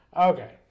Okay